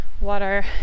water